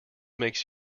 makes